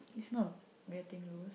it's not getting loose